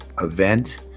event